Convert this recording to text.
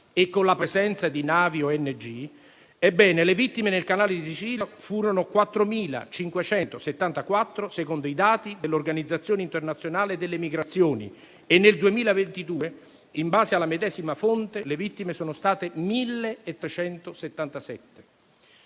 con la presenza delle navi ONG, le vittime del Canale di Sicilia furono 4.574, secondo i dati dell'Organizzazione internazionale per le migrazioni. Nel 2022, in base alla medesima fonte, le vittime sono state 1.377.